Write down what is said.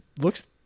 looks